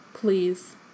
please